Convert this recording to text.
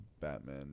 Batman